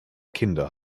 kinder